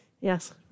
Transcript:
Yes